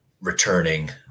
Returning